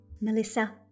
Melissa